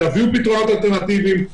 תביאו פתרונות אלטרנטיביים,